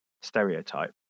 stereotype